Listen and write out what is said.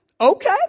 okay